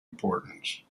importance